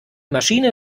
maschine